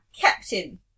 captain